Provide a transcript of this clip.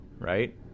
right